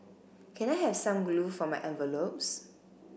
can I have some glue for my envelopes